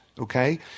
okay